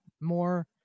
more